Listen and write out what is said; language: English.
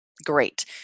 great